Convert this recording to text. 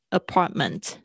apartment